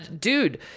Dude